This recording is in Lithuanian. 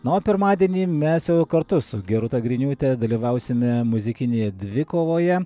na o pirmadienį mes jau kartu su gerūta griniūtė dalyvausime muzikinėje dvikovoje